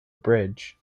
bridge